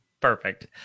Perfect